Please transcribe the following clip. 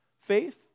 faith